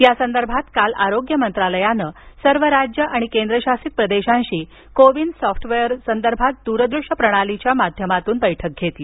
या संदर्भात काल आरोग्य मंत्रालयानं सर्व राज्यं आणि केंद्रशासित प्रदेशांशी को विन सॉफ्टवेअर संदर्भात दूरदृश्य प्रणालीच्या माध्यमातून बैठक घेतली